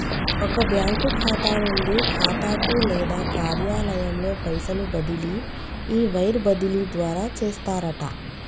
ఒక బ్యాంకు ఖాతా నుండి ఖాతాకు లేదా కార్యాలయంలో పైసలు బదిలీ ఈ వైర్ బదిలీ ద్వారా చేస్తారట